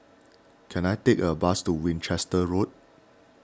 can I take a bus to Winchester Road